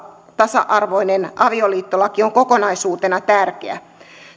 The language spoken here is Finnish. tasa arvoinen avioliittolaki on kokonaisuutena tärkeä